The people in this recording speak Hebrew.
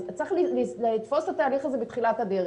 צריך לתפוס את התהליך הזה בתחילת הדרך.